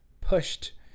pushed